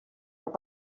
però